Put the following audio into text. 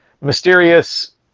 mysterious